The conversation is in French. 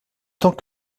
tant